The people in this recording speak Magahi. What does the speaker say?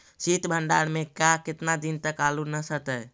सित भंडार में के केतना दिन तक आलू न सड़तै?